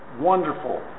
wonderful